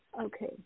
Okay